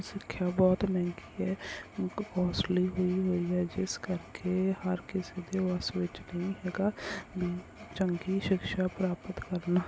ਸਿੱਖਿਆ ਬਹੁਤ ਮਹਿੰਗੀ ਹੈ ਕੋਸਟਲੀ ਹੋਈ ਹੋਈ ਹੈ ਜਿਸ ਕਰਕੇ ਹਰ ਕਿਸੇ ਦੇ ਵੱਸ ਵਿੱਚ ਨਹੀਂ ਹੈਗਾ ਵੀ ਚੰਗੀ ਸ਼ਿਕਸ਼ਾ ਪ੍ਰਾਪਤ ਕਰਨ